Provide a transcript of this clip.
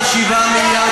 יש לך תשובה?